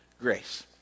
grace